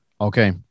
Okay